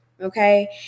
Okay